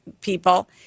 people